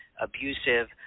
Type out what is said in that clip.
abusive